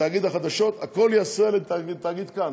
לתאגיד החדשות, הכול ייעשה על ידי תאגיד כאן.